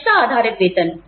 दक्षता आधारित वेतन